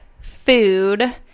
food